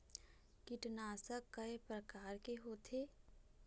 कीटनाशक कय प्रकार के होथे?